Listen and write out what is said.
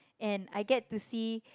and I get to see